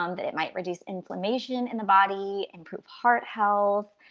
um that it might reduce inflammation in the body, improve heart health,